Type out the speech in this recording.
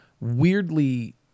weirdly